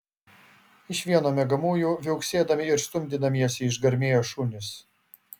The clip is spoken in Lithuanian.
iš vieno miegamųjų viauksėdami ir stumdydamiesi išgarmėjo šunys